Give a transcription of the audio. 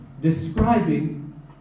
describing